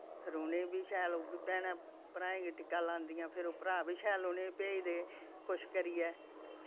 फिर उ'नें बी शैल ओह् बी भैनां भ्राएं गी टिक्का लांदियां फिर ओह् भ्राऽ बी शैल उ'नें गी भेजदे खुश करियै